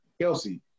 Kelsey